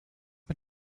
mit